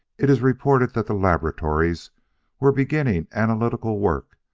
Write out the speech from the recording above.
it is reported that the laboratories were beginning analytical work,